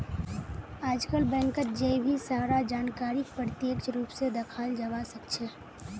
आजकल बैंकत जय भी सारा जानकारीक प्रत्यक्ष रूप से दखाल जवा सक्छे